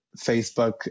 facebook